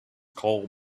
called